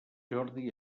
jordi